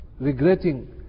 regretting